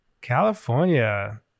California